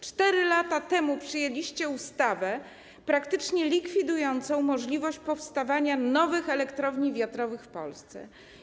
4 lata temu przyjęliście ustawę praktycznie likwidującą możliwość powstawania nowych elektrowni wiatrowych w Polsce.